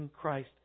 Christ